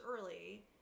early